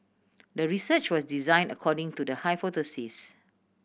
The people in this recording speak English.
the research was design according to the hypothesis